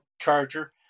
charger